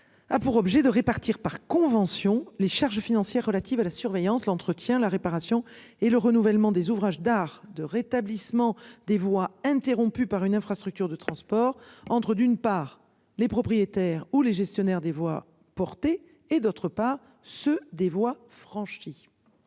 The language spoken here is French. A pour objet de répartir par convention les charges financières relatives à la surveillance, l'entretien, la réparation et le renouvellement des ouvrages d'art de rétablissement des voix interrompue par une infrastructure de transport entre d'une part les propriétaires ou les gestionnaires des voix portée et d'autre part ceux des voix franchi.